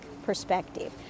perspective